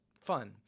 fun